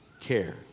care